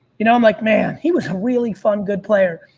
you know, i'm like, man, he was a really fun, good player.